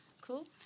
Cool